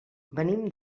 venim